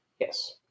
Yes